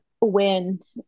wind